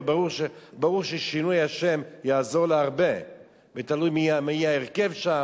וברור ששינוי השם יעזור לה הרבה ותלוי מי יהיה בהרכב שם.